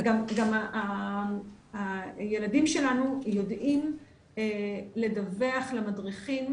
גם הילדים שלנו יודעים לדווח למדריכים